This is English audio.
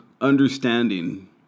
understanding